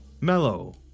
mellow